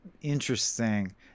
Interesting